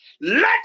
let